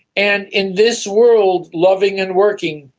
and in this world, loving and working,